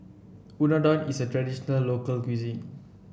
Unadon is a traditional local cuisine